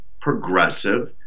progressive